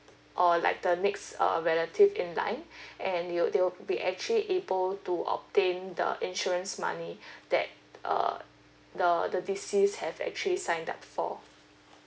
or like the next uh relative in line and they'll they'll be actually able to obtain the insurance money that uh the the deceased have actually signed up for